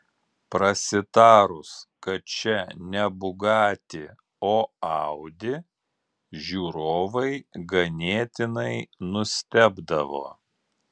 prasitarus kad čia ne bugatti o audi žiūrovai ganėtinai nustebdavo